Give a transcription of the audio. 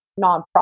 nonprofit